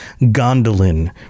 Gondolin